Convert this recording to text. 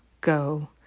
go